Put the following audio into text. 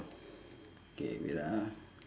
K wait ah